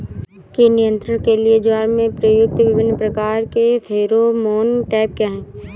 कीट नियंत्रण के लिए ज्वार में प्रयुक्त विभिन्न प्रकार के फेरोमोन ट्रैप क्या है?